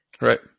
right